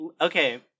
okay